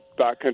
backcountry